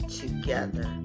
together